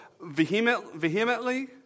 vehemently